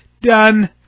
done